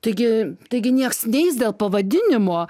taigi taigi nieks neis dėl pavadinimo